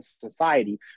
society